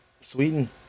Sweden